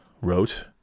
wrote